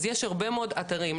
אז יש הרבה מאוד אתרים,